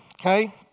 Okay